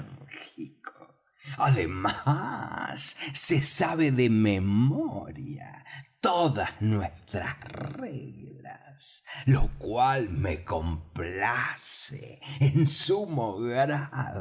enérgico además se sabe de memoria todas nuestras reglas lo cual me complace en sumo